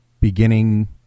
beginning